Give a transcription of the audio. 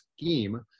scheme